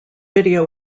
video